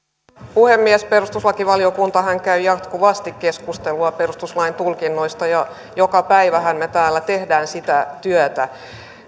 puhemies perustuslakivaliokuntahan käy jatkuvasti keskustelua perustuslain tulkinnoista ja joka päivähän me täällä teemme sitä työtä